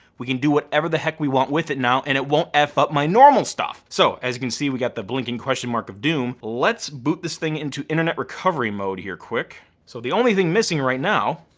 we can do whatever the heck we want with it now and it won't eff up my normal stuff. so as you can see we got the blinking question mark of doom. let's boot this thing into internet recovery mode here quick. so the only thing missing right now,